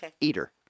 eater